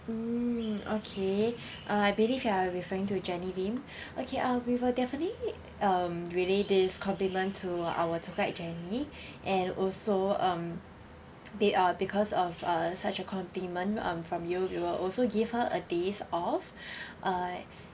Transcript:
mm okay uh I believe you are referring to jenny lim okay uh we will definitely um relay this compliment to our tour guide jenny and also um they uh because of uh such a compliment um from you we will also give her a days off uh